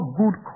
good